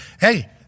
hey